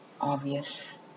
obvious